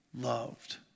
loved